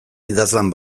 idazlan